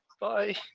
Bye